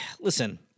listen